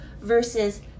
versus